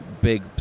big